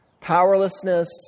Powerlessness